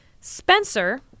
Spencer